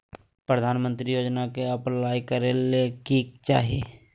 प्रधानमंत्री योजना में अप्लाई करें ले की चाही?